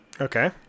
Okay